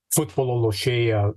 futbolo lošėją